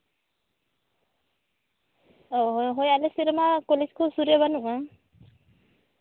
ᱦᱳᱭ ᱦᱳᱭ ᱟᱞᱮ ᱥᱮᱡ ᱨᱮᱢᱟ ᱠᱚᱞᱮᱡᱽ ᱠᱚ ᱥᱩᱨ ᱨᱮ ᱵᱟᱹᱱᱩᱜᱼᱟ